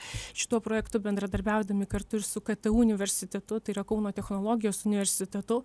šituo projektu bendradarbiaudami kartu ir su ktu universitetu tai yra kauno technologijos universitetu